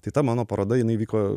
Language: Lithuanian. tai ta mano paroda jinai vyko